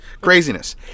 Craziness